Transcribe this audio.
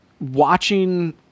watching